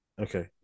Okay